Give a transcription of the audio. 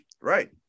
Right